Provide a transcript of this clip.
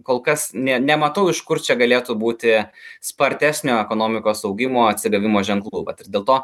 kol kas ne nematau iš kur čia galėtų būti spartesnio ekonomikos augimo atsigavimo ženklų vat ir dėl to